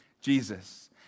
Jesus